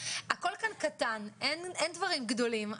אין דברים גדולים,